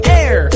air